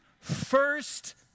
first